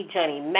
Johnny